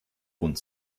rund